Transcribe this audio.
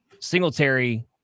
Singletary